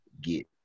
get